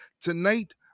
tonight